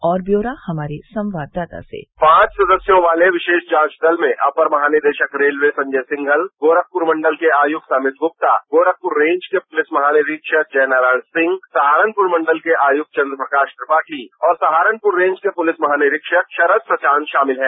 और ब्यौरा हमारे संवाददाता से पांच सदस्यों वाले विशेष जांच दल में अपर महानिदेशक रेलवे संजय सिंघल गोरखपुर मंडल के आयुक्त अमित गुप्ता गोरखपुर रेज के पुलिस महानिरीक्षक जय नारायण सिंह सहारनपुर मंडल के आयुक्त चंद प्रकाश त्रिपाठी और सहारनपुर रेज के पुलिस महानिरीक्षक शरद प्रशांत शामिल हैं